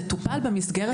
זה טופל במסגרת